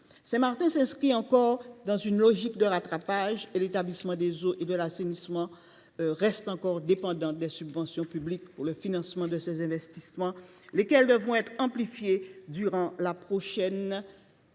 Saint Martin continue de s’inscrire dans une logique de rattrapage et l’établissement des eaux et de l’assainissement de Saint Martin (EEASM) reste dépendant des subventions publiques pour le financement de ses investissements, lesquels devront être amplifiés durant la prochaine décennie.